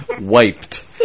Wiped